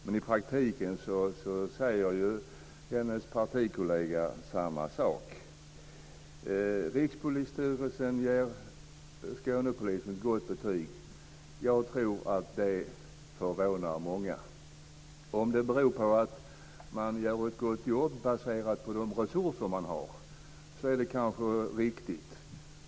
Men i praktiken säger ju hennes partikollega samma sak. Rikspolisstyrelsen ger Skånepolisen gott betyg. Jag tror att det förvånar många. Om det beror på att man gör ett gott jobb baserat på de resurser man har, är det kanske riktigt.